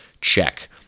check